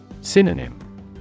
Synonym